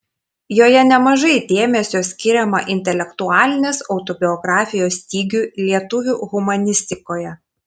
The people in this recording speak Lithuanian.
joje nemažai dėmesio skiriama intelektualinės autobiografijos stygiui lietuvių humanistikoje